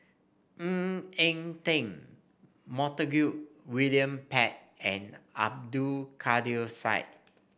Ng Eng Teng Montague William Pett and Abdul Kadir Syed